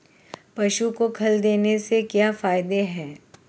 पशु को खल देने से क्या फायदे हैं?